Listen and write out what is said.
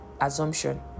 assumption